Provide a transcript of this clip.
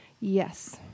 Yes